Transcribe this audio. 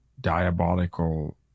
diabolical